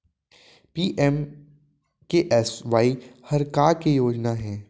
PMKSY हर का के योजना हे?